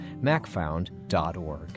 Macfound.org